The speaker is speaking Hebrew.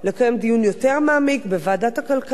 לקיים דיון יותר מעמיק בוועדת הכלכלה